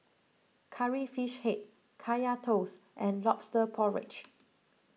Curry Fish Head Kaya Toast and Lobster Porridge